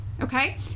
okay